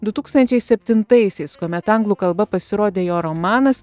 du tūkstančiai septintaisiais kuomet anglų kalba pasirodė jo romanas